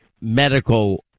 medical